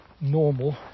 normal